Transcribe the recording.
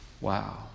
Wow